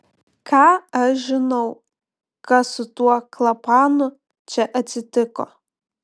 ką aš žinau kas su tuo klapanu čia atsitiko